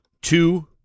two